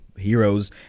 heroes